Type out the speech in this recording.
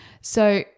So-